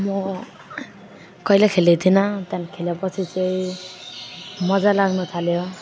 म कहिले खेलेको थिइनँ त्यहाँ खेले पछि चाहिँ मजा लाग्नु थाल्यो